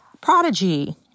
Prodigy